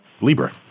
Libra